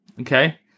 Okay